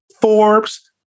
Forbes